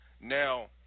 Now